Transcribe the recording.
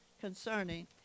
concerning